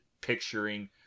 picturing